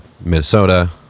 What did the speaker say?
minnesota